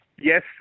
Yes